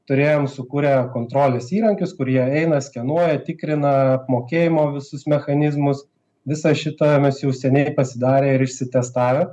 turėjom sukūrę kontrolės įrankius kurie eina skenuoja tikrina apmokėjimo visus mechanizmus visa šita mes jau seniai pasidarę ir išsitestavę